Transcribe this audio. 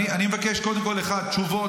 אני מבקש: 1. תשובות,